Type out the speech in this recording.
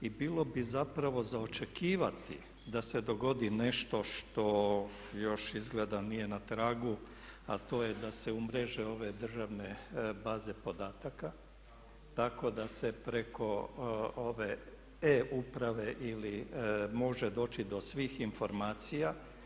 Bilo bi zapravo za očekivati da se dogodi nešto što još izgleda nije na tragu, a to je da se umreže ove državne baze podataka tako da se preko ove e-uprave može doći do svih informacija.